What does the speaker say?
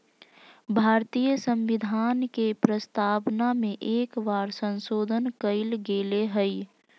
भारतीय संविधान के प्रस्तावना में एक बार संशोधन कइल गेले हइ